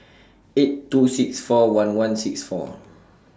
eight two six four one one six four